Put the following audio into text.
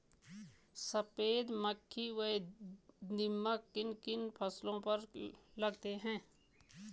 सफेद मक्खी व दीमक किन किन फसलों पर लगते हैं?